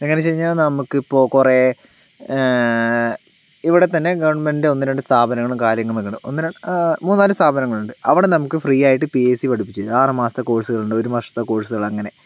എങ്ങനെയെന്ന് വെച്ചുകഴിഞ്ഞാൽ നമുക്കിപ്പോൾ കുറേ ഇവിടെത്തന്നെ ഗവൺമെൻറ്റ് ഒന്ന് രണ്ട് സ്ഥാപനങ്ങളും കാര്യങ്ങളൊക്കെയുണ്ട് ഒന്ന് രണ്ട് മൂന്നാല് സ്ഥാപനങ്ങളുണ്ട് അവിടെ നമുക്ക് ഫ്രീ ആയിട്ട് പി എസ് സി പഠിപ്പിച്ച് തരും ആറ് മാസത്തെ കോഴ്സുകളുണ്ട് ഒരു വർഷത്തെ കോഴ്സുകൾ അങ്ങനെ